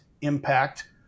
impact